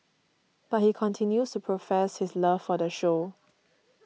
but he continues to profess his love for the show